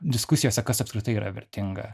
diskusijose kas apskritai yra vertinga